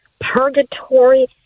purgatory